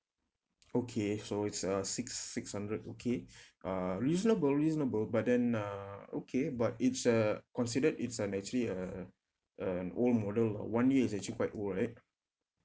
okay so it's a six six hundred okay uh reasonable reasonable but then uh okay but it's considered it's an actually uh an old model ah one year is actually quite old right